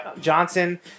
Johnson